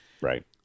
Right